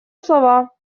слова